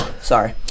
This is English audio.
sorry